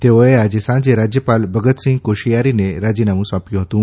તેઓએ આજે સાંજે રાજયપાલ ભગતસિંહ કોશીયારીને રાજીનામું સોંપ્યું હતું